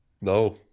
No